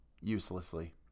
uselessly